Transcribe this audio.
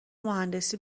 مهندسی